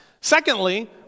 Secondly